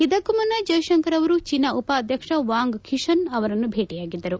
ಇದಕ್ಕೂ ಮುನ್ನ ಜೈಶಂಕರ್ ಅವರು ಚೀನಾ ಉಪಾಧ್ಯಕ್ಷ ವಾಂಗ್ ಖಿಶನ್ ಅವರನ್ನು ಭೇಟಿಯಾಗಿದ್ದರು